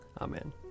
Amen